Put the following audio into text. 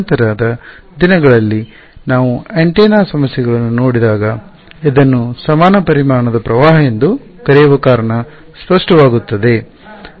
ನಂತರದ ದಿನಗಳಲ್ಲಿ ನಾವು ಆಂಟೆನಾ ಸಮಸ್ಯೆಗಳನ್ನು ನೋಡಿದಾಗ ಇದನ್ನು ಸಮಾನ ಪರಿಮಾಣದ ಪ್ರವಾಹ ಎಂದು ಕರೆಯುವ ಕಾರಣ ಸ್ಪಷ್ಟವಾಗುತ್ತದೆ